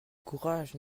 courage